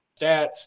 stats